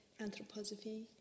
anthroposophy